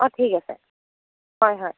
অ' ঠিক আছে হয় হয়